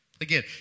Again